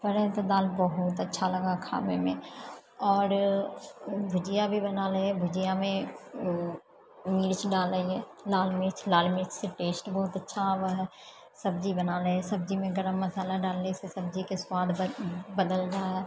परन्तु दालि बहुत अच्छा लागै खावेमे आओर भुजिया भी बना लै हियै भुजियामे मिर्च डालै हियै लाल मिर्च लाल मिर्चसँ टेस्ट बहुत अच्छा आबै हैय सब्जी बना लै सब्जीमे गरम मसाला डालैसँ सब्जीके स्वाद बदल जा हैय